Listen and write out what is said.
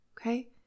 okay